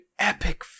Epic